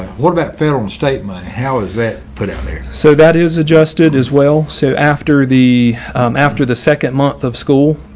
what about federal and state my how is that put out there? so that is adjusted as well. so after the after the second month of school,